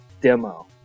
demo